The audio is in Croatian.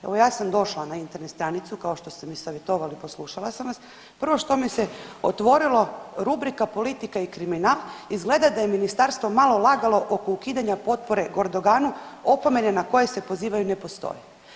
Evo ja sam došla na Internet stranicu kao što ste mi savjetovali, poslušala sam vas, prvo što mi se otvorilo rubrika „Politika i kriminal“, izgleda da je ministarstvo malo lagalo oko ukidanja potpore Gordoganu, opomene na koje se pozivaju ne postoje.